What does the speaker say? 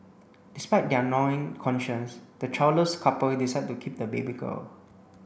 despite their gnawing conscience the childless couple decide to keep the baby girl